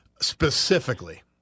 specifically